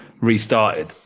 restarted